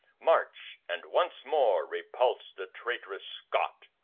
march, and once more repulse the traitorous scot.